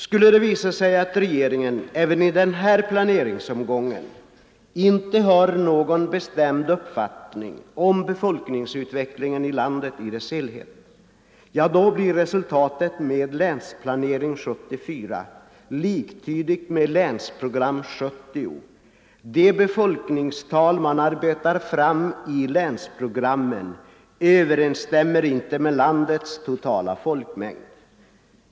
Skulle det visa sig att regeringen även i den här planeringsomgången inte har någon bestämd uppfattning om befolkningsutvecklingen i landet i dess helhet — ja, då blir resultatet med Länsplanering 1974 liktydigt med Länsprogram 70, de befolkningstal man arbetar fram i länsprogrammen överensstämmer inte med landets totala folkmängd.